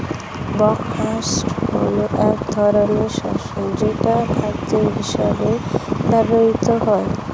buckwheat হলো এক ধরনের শস্য যেটা খাদ্যশস্য হিসেবে ব্যবহৃত হয়